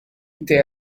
they